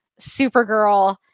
Supergirl-